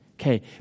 Okay